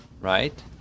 Right